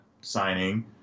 signing